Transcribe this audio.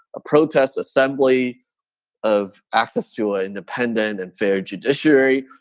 a protest assembly of access to ah independent and fair judiciary.